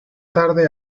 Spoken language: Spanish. tarde